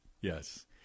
Yes